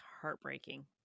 heartbreaking